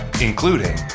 including